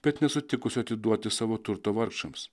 bet nesutikus atiduoti savo turto vargšams